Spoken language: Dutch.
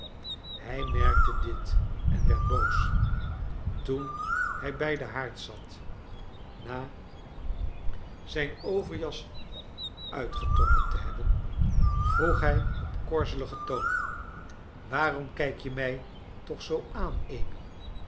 hij merkte dit en werd boos toen hij bij den haard zat na zijn overjas uitgetrokken te hebben vroeg hij op korzeligen toon waarom kijk je mij toch zoo aan amy